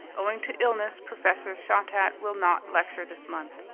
owing to illness, professor shottat will not lecture this month,